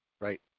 right